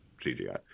cgi